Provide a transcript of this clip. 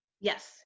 Yes